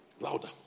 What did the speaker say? Louder